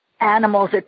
animals